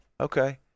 Okay